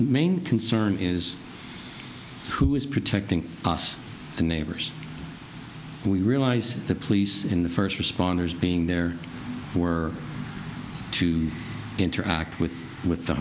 main concern is who is protecting us the neighbors we realize the police in the first responders being there or to interact with with the